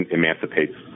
emancipates